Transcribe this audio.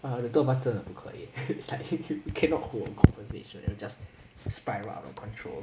uh the two of us 真的不可以 like we cannot hold a conversation it'll just spiral out of control